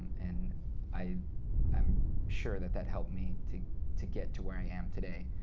and i am sure that that helped me to to get to where i am today.